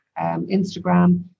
Instagram